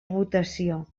votació